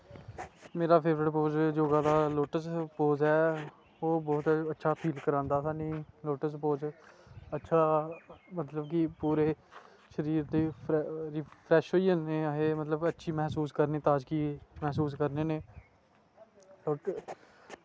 मेरा favourite pose yoga दा ओह् लोटस पोज़ ऐ ओह् बहुत अच्छा फील करांदा स्हानू लोटस पोज़ अच्छा मतलब कि पूरे शरीर दी फ्रैश होई जानी ऐ मतलब महसूस करनी ताज़गी महसूस करने न ते